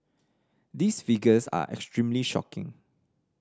these figures are extremely shocking